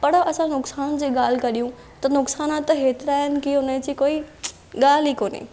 पर असां नुक़सान जी ॻाल्हि करियूं त नुक़सान त हेतिरा आहिनि की उन जी कोई ॻाल्हि ई कोन्हे